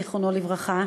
זיכרונו לברכה,